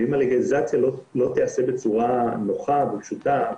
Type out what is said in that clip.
ואם הלגליזציה לא תיעשה בצורה נוחה ופשוטה,